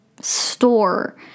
store